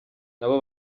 nabo